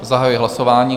Zahajuji hlasování.